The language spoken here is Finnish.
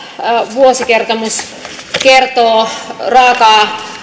vuosikertomus kertoo raakaa